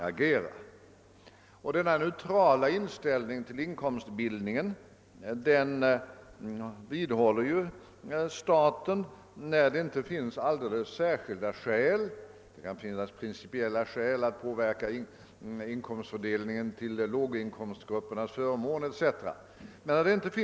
Denna principiellt neutrala inställning till inkomstbildningen vidhåller staten när det inte finns alldeles särskilda skäl för någonting annat — det kan ju t.ex. finnas principiella skäl att påverka inkomstfördelningen till låginkomstgruppernas förmån.